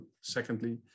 secondly